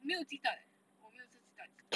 没有鸡蛋 eh 我没有吃鸡蛋